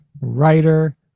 writer